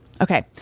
Okay